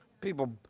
People